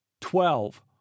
Twelve